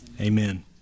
Amen